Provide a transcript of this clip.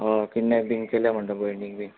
हय किडनेप बीन केल्या म्हणटा भयणींक बीन